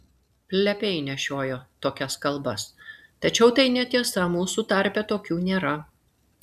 plepiai nešiojo tokias kalbas tačiau tai netiesa mūsų tarpe tokių nėra